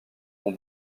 ont